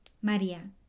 María